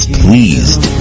pleased